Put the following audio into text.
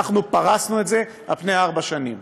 אנחנו פרסנו את זה על פני ארבע שנים.